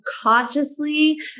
consciously